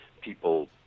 people